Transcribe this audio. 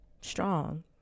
strong